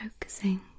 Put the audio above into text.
focusing